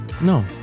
No